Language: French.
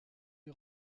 les